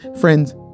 Friends